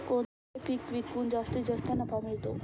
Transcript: कोणते पीक विकून जास्तीत जास्त नफा मिळतो?